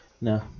No